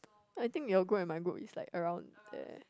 I think your group and my group is like around there